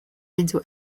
into